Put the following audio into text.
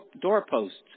doorposts